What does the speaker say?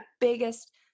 biggest